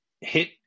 hit